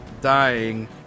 dying